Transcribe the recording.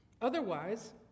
Otherwise